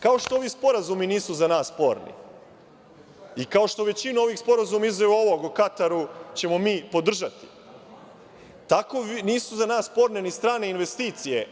Kao što ovi sporazumi nisu za nas sporni, i kao što većinu ovih sporazuma izuzev ovog u Kataru ćemo mi podržati, tako nisu za nas sporne ni strane investicije.